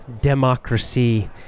democracy